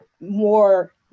more